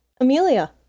Amelia